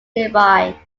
nearby